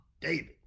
David